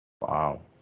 wow